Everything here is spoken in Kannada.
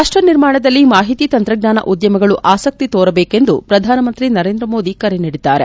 ರಾಷ್ಟ ನಿರ್ಮಾಣದಲ್ಲಿ ಮಾಹಿತಿ ತಂತ್ರಜ್ಞಾನ ಉದ್ಯಮಗಳು ಅಸಕ್ತಿ ತೋರಬೇಕು ಎಂದು ಪ್ರಧಾನಮಂತ್ರಿ ನರೇಂದ್ರ ಮೋದಿ ಕರೆ ನೀಡಿದ್ದಾರೆ